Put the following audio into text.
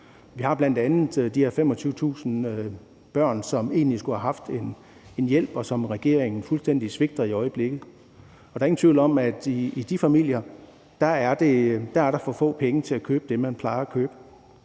Vi har bl.a. de her 25.000 børn, som egentlig skulle have haft noget hjælp, men som regeringen fuldstændig svigter i øjeblikket, og der er ingen tvivl om, at der i de familier er for få penge til at købe det, man plejer at købe.